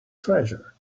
treasure